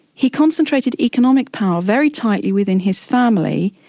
he concentrated economic power very tightly within his family,